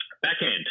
Backhand